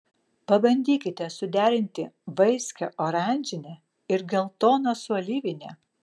pabandykite suderinti vaiskią oranžinę ir geltoną su alyvine